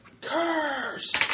Curse